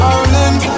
Ireland